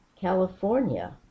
california